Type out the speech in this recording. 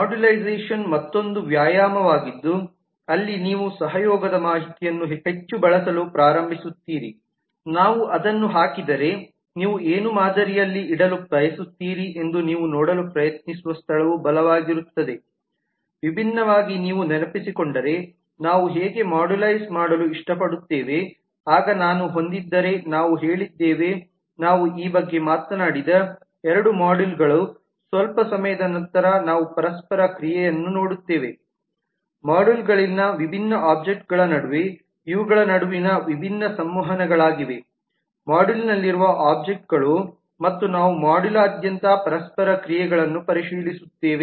modularisation ಮತ್ತೊಂದು ವ್ಯಾಯಾಮವಾಗಿದ್ದು ಅಲ್ಲಿ ನೀವು ಸಹಯೋಗದ ಮಾಹಿತಿಯನ್ನು ಹೆಚ್ಚು ಬಳಸಲು ಪ್ರಾರಂಭಿಸುತ್ತೀರಿ ನಾವು ಅದನ್ನು ಹಾಕಿದರೆ ನೀವು ಏನು ಮಾದರಿಯಲ್ಲಿ ಇಡಲು ಬಯಸುತ್ತೀರಿ ಎಂದು ನೀವು ನೋಡಲು ಪ್ರಯತ್ನಿಸುವ ಸ್ಥಳವು ಬಲವಾಗಿರುತ್ತದೆ ವಿಭಿನ್ನವಾಗಿ ನೀವು ನೆನಪಿಸಿಕೊಂಡರೆ ನಾವು ಹೇಗೆ ಮಾಡ್ಯುಲೈಸ್ ಮಾಡಲು ಇಷ್ಟಪಡುತ್ತೇವೆ ಆಗ ನಾನು ಹೊಂದಿದ್ದರೆ ನಾವು ಹೇಳಿದ್ದೇವೆ ನಾವು ಈ ಬಗ್ಗೆ ಮಾತನಾಡಿದ ಎರಡು ಮಾಡ್ಯೂಲ್ಗಳು ಸ್ವಲ್ಪ ಸಮಯದ ನಂತರ ನಾವು ಪರಸ್ಪರ ಕ್ರಿಯೆಯನ್ನು ನೋಡುತ್ತೇವೆ ಮಾಡ್ಯೂಲ್ ಗಳಲ್ಲಿನ ವಿಭಿನ್ನ ಆಬ್ಜೆಕ್ಟ್ಗಳ ನಡುವೆ ಇವುಗಳ ನಡುವಿನ ವಿಭಿನ್ನ ಸಂವಹನಗಳಾಗಿವೆ ಮಾಡ್ಯೂಲ್ನಲ್ಲಿರುವ ಆಬ್ಜೆಕ್ಟ್ಗಳು ಮತ್ತು ನಾವು ಮಾಡ್ಯೂಲ್ನಾದ್ಯಂತದ ಪರಸ್ಪರ ಕ್ರಿಯೆಗಳನ್ನು ಪರಿಶೀಲಿಸುತ್ತೇವೆ